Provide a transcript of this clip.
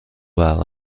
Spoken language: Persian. برق